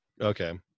Okay